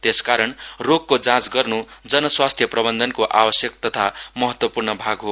त्यसकारण रोगको जाँच गर्नु जन स्वास्थ्य प्रबन्धनको आवश्यक तथा महत्वपूर्ण भाग हो